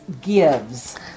gives